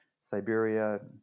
Siberia